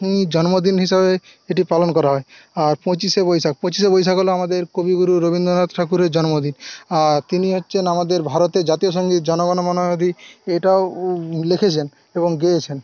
জন্মদিন হিসাবে এটি পালন করা হয় আর পঁচিশে বৈশাখ পঁচিশে বৈশাখ হলো আমাদের কবিগুরু রবীন্দ্রনাথ ঠাকুরের জন্মদিন তিনি হচ্ছেন আমাদের ভারতের জাতীয় সঙ্গীত জনগনমনঅধি এটাও লিখেছেন এবং গেয়েছেন